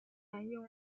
沿用